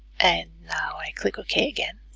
and now i click ok again